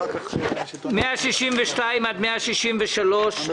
לשדות נגב ושדרות שאין את התקציב של החלטת ממשלה?